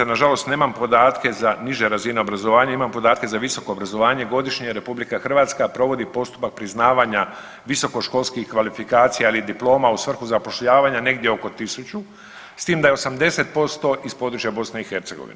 Nažalost nemam podatke za niže razine obrazovanja, imam podatke za visoko obrazovanje, godišnje RH provodi postupak priznavanja visokoškolskih kvalifikacija ili diploma u svrhu zapošljavanja negdje oko 1000, s tim da je 80% iz područja BiH.